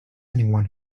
anyone